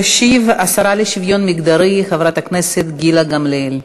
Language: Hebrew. תשיב השרה לשוויון חברתי חברת הכנסת גילה גמליאל.